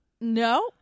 No